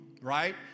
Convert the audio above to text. right